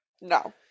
No